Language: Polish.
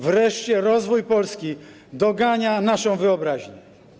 Wreszcie rozwój Polski dogania naszą wyobraźnię.